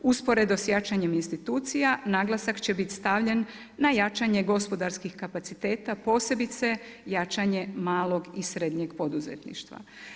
Usporedo sa jačanjem institucija naglasak će bit stavljen na jačanje gospodarskih kapaciteta, posebice jačanje malog i srednjeg poduzetništva.